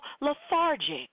lethargic